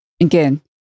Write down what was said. again